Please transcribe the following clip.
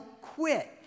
quit